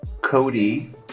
Cody